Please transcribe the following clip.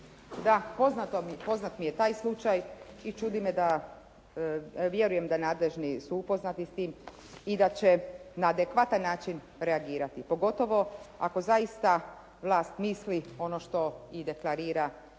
poznat mi je taj slučaj i čudi me da vjerujem da nadležni su upoznati s tim i da će na adekvatan način reagirati pogotovo ako zaista vlast misli ono što i deklarira da